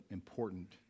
important